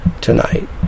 tonight